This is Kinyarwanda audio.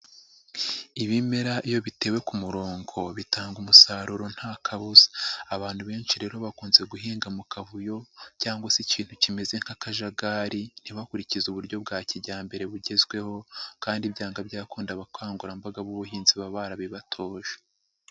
Ibimera iyo bitewe ku murongo bitanga umusaruro nta kabuza. Abantu benshi rero bakunze guhinga mu kavuyo cyangwa se ikintu kimeze nk'akajagari, ntibakurikize uburyo bwa kijyambere bugezweho kandi byanga byakunda abakangurambaga b'ubuhinzi baba barabibatoje.